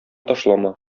ташлама